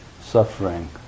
suffering